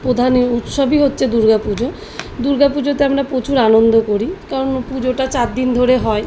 প্রধানই উৎসবই হচ্ছে দুর্গা পুজো দুর্গা পুজোতে আমরা প্রচুর আনন্দ করি কারণ পুজোটা চার দিন ধরে হয়